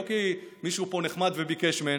לא כי מישהו פה נחמד וביקש מהן.